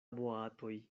boatoj